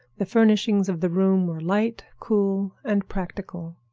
the furnishings of the room were light, cool, and practical.